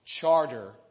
charter